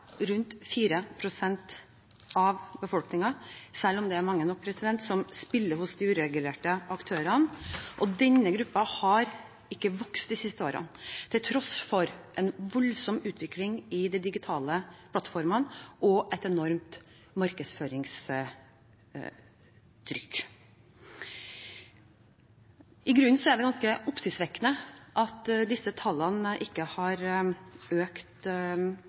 rundt 4 pst. av befolkningen, selv om det er mange nok, som spiller hos de uregulerte aktørene. Denne gruppen har ikke vokst de siste årene, til tross for en voldsom utvikling i de digitale plattformene og et enormt markedsføringstrykk. I grunnen er det ganske oppsiktsvekkende at disse tallene ikke har økt,